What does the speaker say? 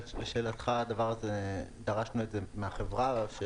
לשאלתך, דרשנו את זה מהחברה.